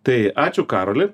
tai ačiū karoli